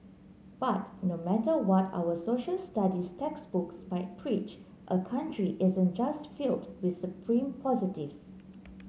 but no matter what our Social Studies textbooks might preach a country isn't just filled with supreme positives